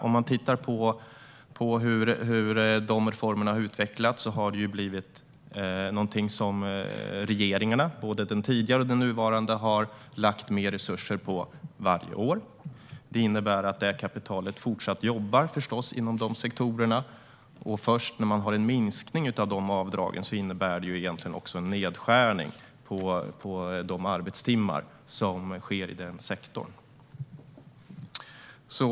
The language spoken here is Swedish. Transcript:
Om man tittar på hur dessa reformer har utvecklats har de blivit något som regeringarna, både den tidigare och den nuvarande, har lagt mer resurser på varje år. Det innebär att detta kapital förstås fortsatt jobbar inom dessa sektorer. Först när det blir en minskning av dessa avdrag innebär det egentligen också en nedskärning av de arbetstimmar som sker i denna sektor.